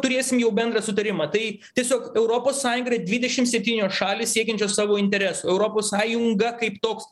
turėsim jau bendrą sutarimą tai tiesiog europos sąjunga yra dvidešim septynios šalys siekiančios savo interesų europos sąjunga kaip toks